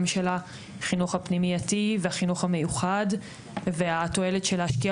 של החינוך הפנימייתי והחינוך המיוחד והתועלת של להשקיע